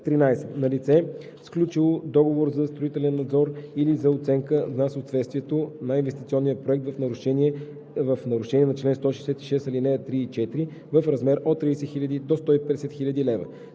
на лице, сключило договор за строителен надзор или за оценка за съответствие на инвестиционен проект в нарушение на чл. 166, ал. 3 и 4 – в размер от 30 000 до 150 000 лв.;